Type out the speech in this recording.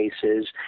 cases